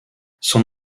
son